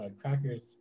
crackers